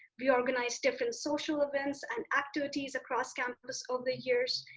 we organized different social events and activities across campus over the years.